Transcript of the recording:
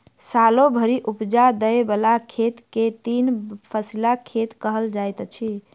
सालो भरि उपजा दय बला खेत के तीन फसिला खेत कहल जाइत अछि